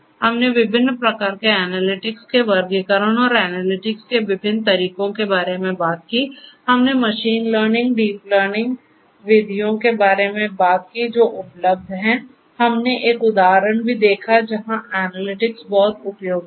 हमने विभिन्न प्रकार के एनालिटिक्स के वर्गीकरण और एनालिटिक्स के विभिन्न तरीकों के बारे में बात की हमने मशीन लर्निंग डीप लर्निंग विधियों के बारे में बात की जो उपलब्ध हैं हमने एक उदाहरण भी देखा जहां एनालिटिक्स बहुत उपयोगी था